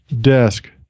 desk